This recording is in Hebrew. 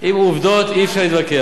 עם עובדות אי-אפשר להתווכח.